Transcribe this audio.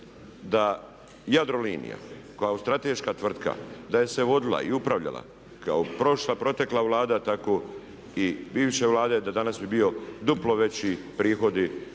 da Jadrolinija koja je strateška tvrtka, da je se vodila i upravljala kao prošla, protekla Vlada tako i bivše Vlade, da danas bi bio duplo veći prihodi